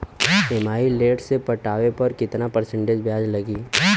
EMI late से पटावे पर कितना परसेंट ब्याज लगी?